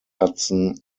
hudson